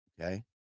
Okay